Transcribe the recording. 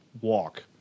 walk